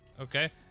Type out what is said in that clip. Okay